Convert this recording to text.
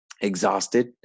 exhausted